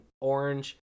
orange